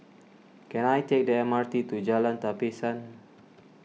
can I take the M R T to Jalan Tapisan